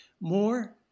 more